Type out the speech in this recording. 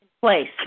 place